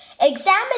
Examine